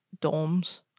dorms